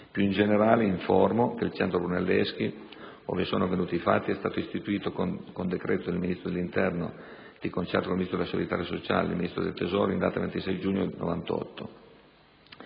Più in generale informo che il centro Brunelleschi, ove sono avvenuti i fatti, è stato istituito con decreto del Ministro dell'interno, di concerto con il Ministro della solidarietà sociale e il Ministro del tesoro, in data 26 giugno 1998.